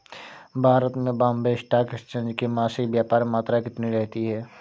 भारत में Bombay stock exchange की मासिक व्यापार मात्रा कितनी रहती है?